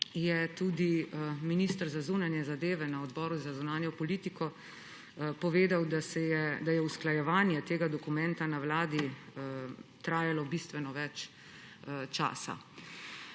je tudi minister za zunanje zadeve na Odboru za zunanjo politiko povedal, da je usklajevanje tega dokumenta na Vladi trajalo bistveno več časa.